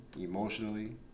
emotionally